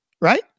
right